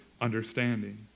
understanding